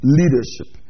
leadership